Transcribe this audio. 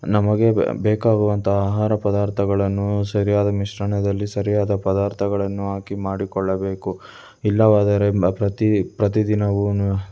ನಮಗೆ ಬೇಕಾಗುವಂಥ ಆಹಾರ ಪದಾರ್ಥಗಳನ್ನೂ ಸರಿಯಾದ ಮಿಶ್ರಣದಲ್ಲಿ ಸರಿಯಾದ ಪದಾರ್ಥಗಳನ್ನು ಹಾಕಿ ಮಾಡಿಕೊಳ್ಳಬೇಕು ಇಲ್ಲವಾದರೆಂಬ ಪ್ರತಿ ಪ್ರತಿ ದಿನವೂ